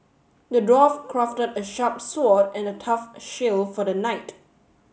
the dwarf crafted a sharp sword and a tough shield for the knight